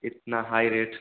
इतना high rate